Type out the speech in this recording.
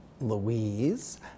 Louise